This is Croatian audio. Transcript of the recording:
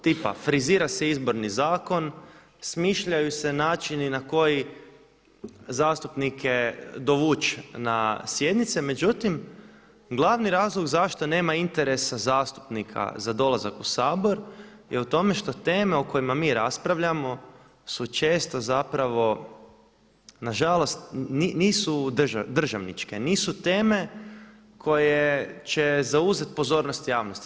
Tipa frizira se Izborni zakon, smišljaju se načini na koji zastupnike dovući na sjednice međutim glavni razlog zašto nema interesa zastupnika za dolazak u Sabor je u tome što teme o kojima mi raspravljamo su često zapravo nažalost nisu državničke, nisu teme koje će zauzeti pozornost javnosti.